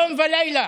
יום ולילה,